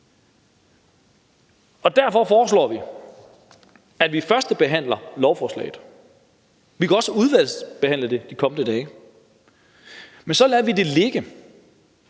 Derfor foreslår vi, at vi førstebehandler lovforslaget, og vi kan også udvalgsbehandle det de kommende dage, men så lader det ligge,